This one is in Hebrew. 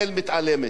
כל שנה.